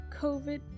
COVID